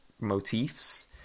motifs